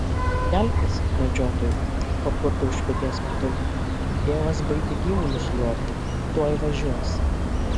kelkis medžiotojau papurtė už peties motulė tėvas baigia gyvulius liuobti tuoj važiuos